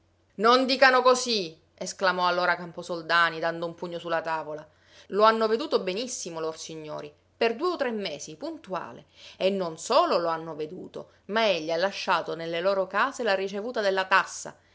non dicano così esclamò allora camposoldani dando un pugno su la tavola lo hanno veduto benissimo lor signori per due o tre mesi puntuale e non solo lo hanno veduto ma egli ha lasciato nelle loro case la ricevuta della tassa